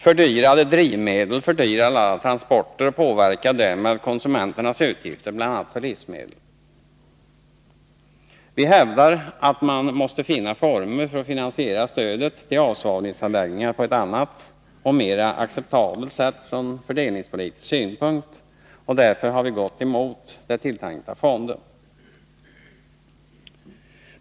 Fördyrade drivmedel fördyrar alla transporter och påverkar därmed konsumenternas utgifter för bl.a. livsme del. Vi hävdar att man måste finna former för att finansiera stödet till avsvavlingsanläggningar på ett annat och från fördelningspolitisk synpunkt mer acceptabelt sätt. Därför har vi gått emot förslaget om den tilltänkta fonden.